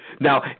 Now